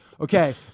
okay